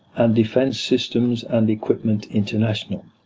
and defence systems and equipment international.